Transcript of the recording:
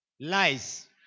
Lies